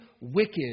wicked